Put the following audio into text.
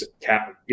cap